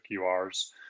QRs